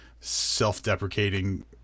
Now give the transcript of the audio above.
self-deprecating